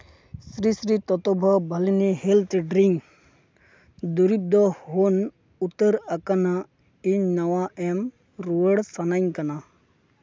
ᱥᱨᱤ ᱥᱨᱤ ᱴᱚᱴᱳᱵᱷᱟ ᱵᱟᱞᱤᱱᱤ health drink ᱫᱩᱨᱤᱵᱽ ᱫᱚ ᱦᱚᱱ ᱩᱛᱟᱹᱨ ᱟᱠᱟᱱᱟ ᱤᱧ ᱱᱟᱣᱟ ᱮᱢ ᱨᱩᱣᱟᱹᱲ ᱥᱟᱱᱟᱧ ᱠᱟᱱᱟ